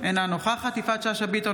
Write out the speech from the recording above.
אינה נוכחת יפעת שאשא ביטון,